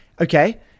Okay